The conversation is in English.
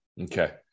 Okay